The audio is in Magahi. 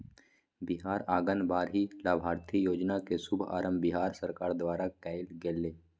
बिहार आंगनबाड़ी लाभार्थी योजना के शुभारम्भ बिहार सरकार द्वारा कइल गेलय